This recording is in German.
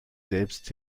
selbst